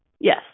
Yes